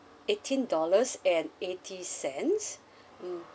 eighteen dollars and eighty cents mm